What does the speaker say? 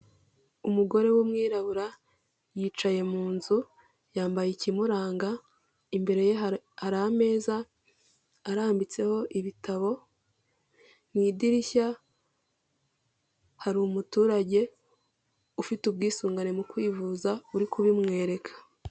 Umugore w'umwirabura yicaye mu nzu yambaye ikimuranga, imbere ye hari ameza arambitseho ibitabo, mu idirishya hari umuturage ufite ubwisungane mu kwivuza uri kubumwereka.